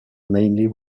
mainly